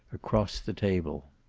across the table.